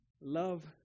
love